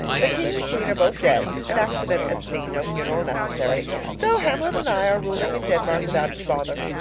the king and queen are both dead an accident at sea no funeral necessary so hamlet and i are ruling in denmark without any bother.